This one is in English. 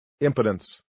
impotence